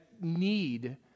need